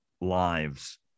lives